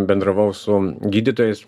bendravau su gydytojais